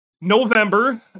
November